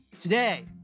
Today